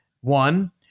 One